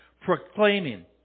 proclaiming